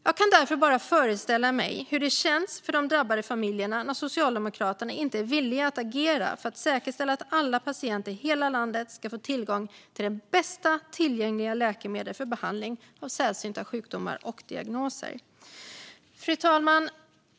Jag kan därför bara föreställa mig hur det känns för de drabbade familjerna när Socialdemokraterna inte är villiga att agera för att säkerställa att alla patienter i hela landet ska få tillgång till bästa tillgängliga läkemedel för behandling av sällsynta sjukdomar och diagnoser. Fru talman!